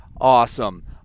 Awesome